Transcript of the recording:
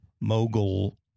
mogul